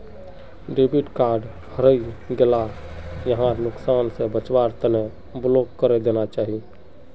debit card हरई गेला यहार नुकसान स बचवार तना ब्लॉक करे देना चाहिए